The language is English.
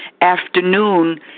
afternoon